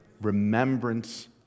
remembrance